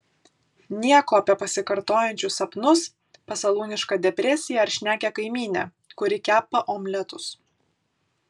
nieko apie pasikartojančius sapnus pasalūnišką depresiją ar šnekią kaimynę kuri kepa omletus